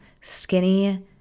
skinny